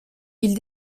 ils